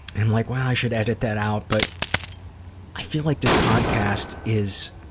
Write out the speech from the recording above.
am like, well, i should edit that out but i feel like this podcast is